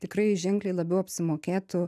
tikrai ženkliai labiau apsimokėtų